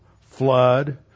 flood